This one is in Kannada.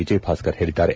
ವಿಜಯ್ ಭಾಸ್ತರ್ ಹೇಳಿದ್ದಾರೆ